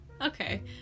Okay